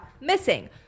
missing